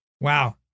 Wow